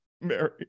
Mary